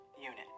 unit